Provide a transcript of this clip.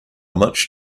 much